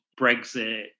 Brexit